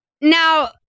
Now